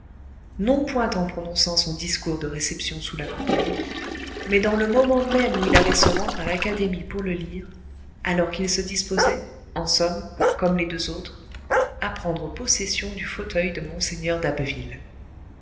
non point en prononçant son discours de réception sous la coupole mais dans le moment même où il allait se rendre à l'académie pour le lire alors qu'il se disposait en somme comme les deux autres à prendre possession du fauteuil de mgr d'abbeville